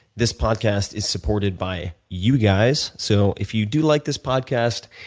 this podcast is supported by you guys, so if you do like this podcast,